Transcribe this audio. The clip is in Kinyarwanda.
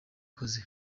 akoze